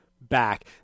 back